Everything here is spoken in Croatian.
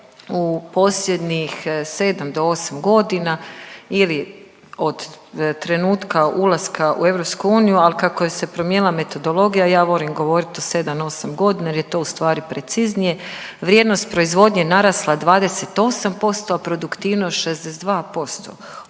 u posljednjih 7 do 8 godina ili od trenutka ulaska u EU, ali kako je se promijenila metodologija, ja volim govoriti o 7, 8 godina jer je to ustvari preciznije, vrijednost proizvodnje narasla 28%, a produktivnost 62%.